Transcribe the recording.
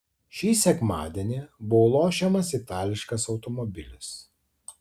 šį sekmadienį buvo lošiamas itališkas automobilis